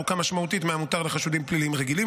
ארוכה משמעותית מהמותר לחשודים פליליים רגילים,